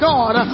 God